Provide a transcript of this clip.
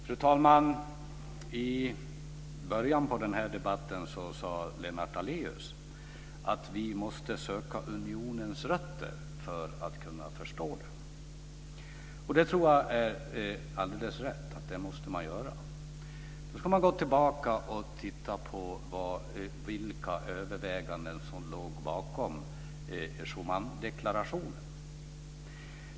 Fru talman! I början av den här debatten sade Lennart Daléus att vi måste söka unionens rötter för att kunna förstå den. Det tror jag är alldeles rätt. Det måste man göra. Då ska man gå tillbaka och se på vilka överväganden som låg bakom Schumandeklarationen.